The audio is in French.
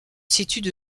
situent